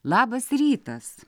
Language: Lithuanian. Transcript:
labas rytas